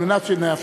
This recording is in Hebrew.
אני חושב ששר האוצר